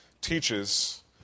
teaches